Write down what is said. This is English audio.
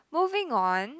moving on